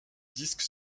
disque